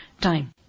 time